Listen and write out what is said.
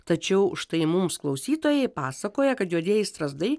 tačiau štai mums klausytojai pasakoja kad juodieji strazdai